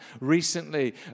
recently